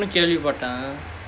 கேள்விபட்டேன்:kelvipattaen